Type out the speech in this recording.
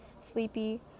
sleepy